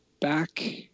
back